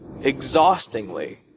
exhaustingly